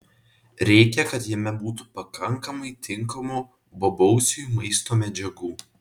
reikia kad jame būtų pakankamai tinkamų bobausiui maisto medžiagų